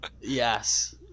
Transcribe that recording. yes